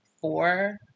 four